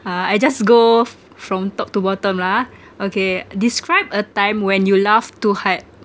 uh I just go fr~ from top to bottom lah ah okay describe a time when you laugh too hard